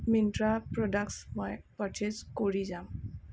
Myntra products মই purchase কৰি যাম